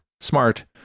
smart